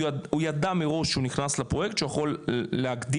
הוא ידע מראש שהוא נכנס לפרויקט שיכול להגדיל